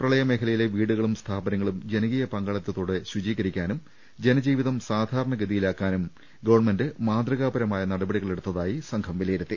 പ്രളയ മേഖലയിലെ വീടുകളും സ്ഥാപനങ്ങളും ജനകീയ പങ്കാളിത്ത്തോടെ ശുചീകരിക്കാനും ജനജീവിതം സാധാരണ ഗതിയിലാക്കാനും ഗവൺമെന്റ് മാതൃകാപരമായ നടപടികൾ എടുത്തായി സംഘം വിലയിരുത്തി